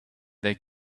they